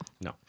No